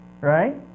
Right